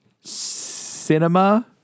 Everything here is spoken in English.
cinema